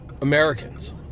Americans